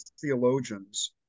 theologians